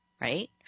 right